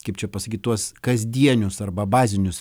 kaip čia pasakyt tuos kasdienius arba bazinius